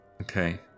okay